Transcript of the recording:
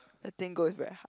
letting go is very hard